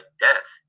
death